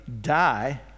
die